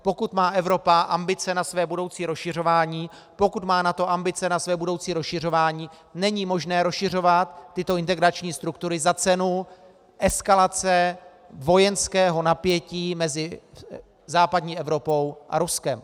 Pokud má Evropa ambice na své budoucí rozšiřování, pokud má NATO ambice na své budoucí rozšiřování, není možné rozšiřovat tyto integrační struktury za cenu eskalace vojenského napětí mezi západní Evropou a Ruskem.